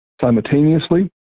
simultaneously